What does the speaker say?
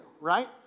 right